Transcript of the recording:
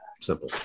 simple